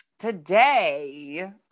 Today